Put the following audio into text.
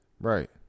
Right